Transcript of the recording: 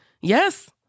yes